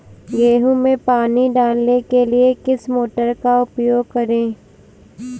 गेहूँ में पानी डालने के लिए किस मोटर का उपयोग करें?